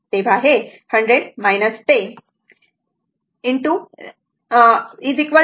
तर 100 10 53